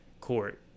court